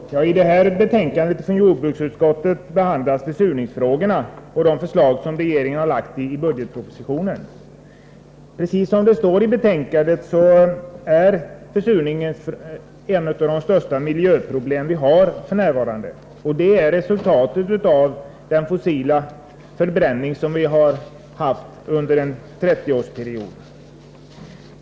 Fru talman! I detta betänkande från jordbruksutskottet behandlas försurningsfrågorna och de förslag som regeringen lagt fram i det avseendet i budgetpropositionen. Precis som det står i betänkandet är försurningen ett av våra största miljöproblem f.n. Försurningen är resultatet av den fossila 85 förbränning som förekommit under en trettioårsperiod.